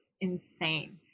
insane